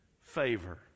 favor